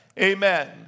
Amen